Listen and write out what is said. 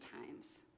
times